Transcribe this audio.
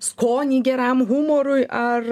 skonį geram humorui ar